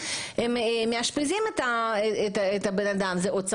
המשפחה מאשפזת את החולה,